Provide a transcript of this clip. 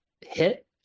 hit